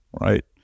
right